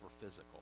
physical